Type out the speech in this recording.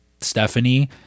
Stephanie